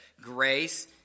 Grace